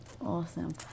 Awesome